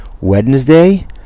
Wednesday